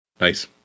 Nice